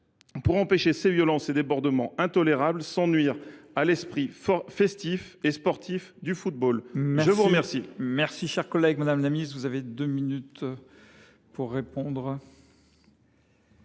pour empêcher ces violences et ces débordements intolérables sans nuire à l’esprit festif et sportif du football ? La parole